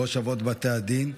ראש אבות בתי הדין,